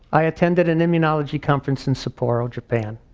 i attended an immunology conference in sapporo, japan.